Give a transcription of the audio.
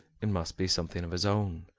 it must be something of his own.